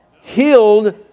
Healed